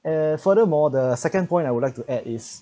uh furthermore the second point I would like to add is